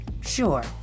sure